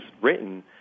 written